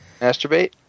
Masturbate